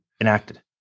enacted